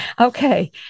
Okay